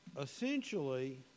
essentially